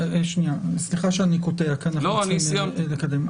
סליחה שאני קוטע כי אנחנו צריכים לקדם.